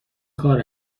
کار